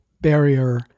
barrier